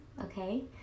okay